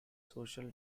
social